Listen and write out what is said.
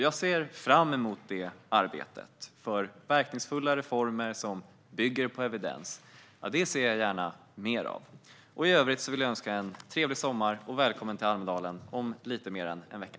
Jag ser fram emot det arbetet, för verkningsfulla reformer som bygger på evidens ser jag gärna mer av. I övrigt önskar jag trevlig sommar och välkommen till Almedalen om lite mer än en vecka!